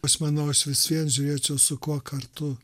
aš manau aš vis vien žiūrėčiau su kuo kartu